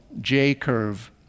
J-Curve